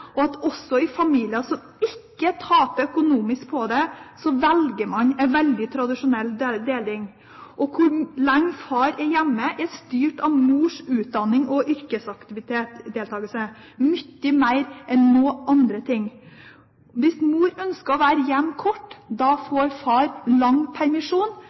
og at også i familier som ikke taper økonomisk på det, velger man en veldig tradisjonell deling. Hvor lenge far er hjemme, er styrt av mors utdanning og yrkesdeltakelse, mye mer enn av andre ting. Hvis